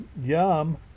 yum